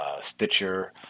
stitcher